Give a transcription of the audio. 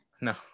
No